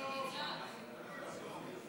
סעיף 1 נתקבל.